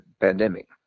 pandemic